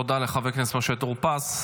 תודה לחבר הכנסת משה טור פז.